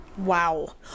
Wow